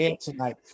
tonight